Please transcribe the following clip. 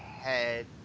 head